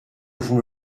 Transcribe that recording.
vous